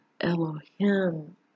Elohim